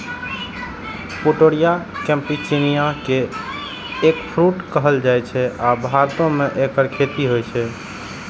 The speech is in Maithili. पुटेरिया कैम्पेचियाना कें एगफ्रूट कहल जाइ छै, आ भारतो मे एकर खेती होइ छै